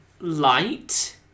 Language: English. Light